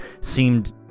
seemed